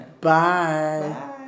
Bye